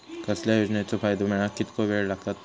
कसल्याय योजनेचो फायदो मेळाक कितको वेळ लागत?